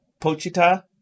Pochita